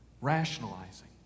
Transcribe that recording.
rationalizing